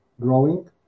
growing